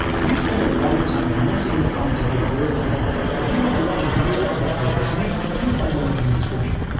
we've spent a lot of time finessing this font to be a world-beater. if you want to watch a video about how it was made, you'll find the link in the description.